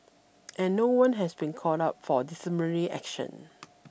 and no one has been called up for disciplinary action